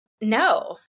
no